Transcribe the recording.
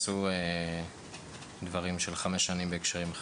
עשו דברים של חמש שנים בהקשרים אחרים.